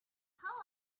how